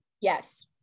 Yes